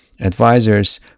advisors